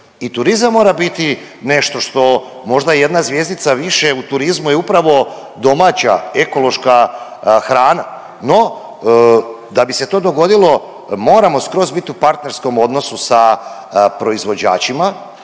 i turizam mora biti nešto što možda jedna zvjezdica više u turizmu je upravo domaća, ekološka hrana. No, da bi se to dogodilo moramo skroz biti u partnerskom odnosu sa proizvođačima